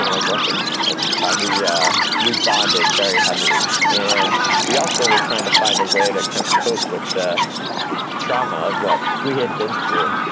my girlfriend at the time, we yeah we bonded very heavily. and we also were trying to find a way to kind of cope with the trauma of what we had been through.